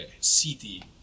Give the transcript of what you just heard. city